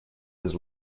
his